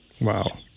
Wow